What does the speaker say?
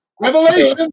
Revelation